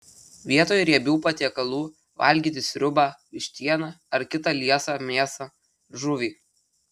vietoj riebių patiekalų valgyti sriubą vištieną ar kitą liesą mėsą žuvį